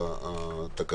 התש"ף-2020.